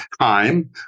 time